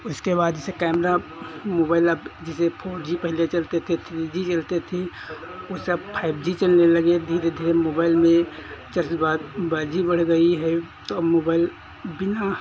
इसके बाद जैसे कैमरा मोबाइल आप जैसे फ़ोर जी पहले चलते थे थ्री जी चलते थे वह सब फ़ाइव जी चलने लगे धीरे धीरे मोबाइल में बाजी बढ़ गई है तो मोबाइल बिना